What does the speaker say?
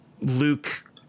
luke